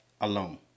alone